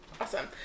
Awesome